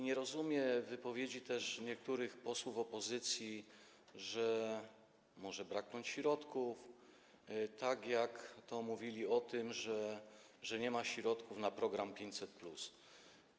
Nie rozumiem też wypowiedzi niektórych posłów opozycji, że może braknąć środków, tak jak mówili o tym, że nie ma środków na program 500+.